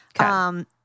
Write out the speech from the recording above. Okay